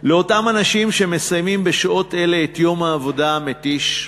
לאותם אנשים שמסיימים בשעות אלה את יום העבודה המתיש,